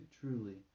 truly